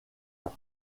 cœur